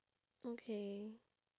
okay